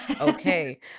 Okay